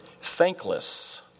thankless